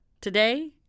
Today